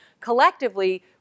collectively